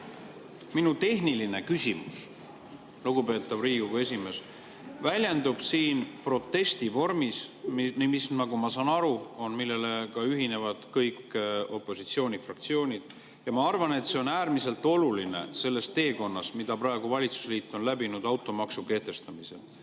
Minu tehniline küsimus, lugupeetav Riigikogu esimees, väljendub protestivormis, millega, nagu ma saan aru, ühinevad kõik opositsioonifraktsioonid. Ma arvan, et see on äärmiselt oluline sellel teekonnal, mille valitsusliit on läbinud automaksu kehtestamisel.